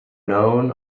known